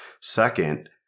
Second